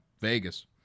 Vegas